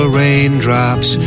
raindrops